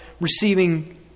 receiving